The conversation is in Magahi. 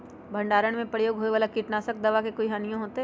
भंडारण में प्रयोग होए वाला किट नाशक दवा से कोई हानियों होतै?